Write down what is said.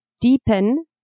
deepen